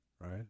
right